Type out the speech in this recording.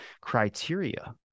criteria